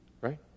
Right